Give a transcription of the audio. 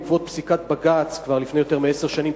בעקבות פסיקת בג"ץ כבר לפני יותר מעשר שנים,